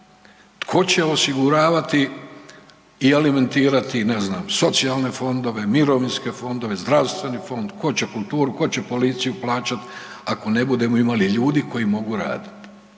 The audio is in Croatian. Tko će osiguravati i alimentirati, ne znam, socijalne fondove, mirovinske fondove, zdravstveni fond, tko će kulturu, tko će policiju plaćat ako ne budemo imali ljudi koji mogu radit?